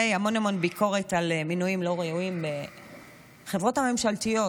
המון המון ביקורת על מינויים לא ראויים בחברות הממשלתיות,